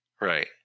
Right